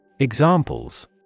Examples